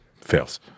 fails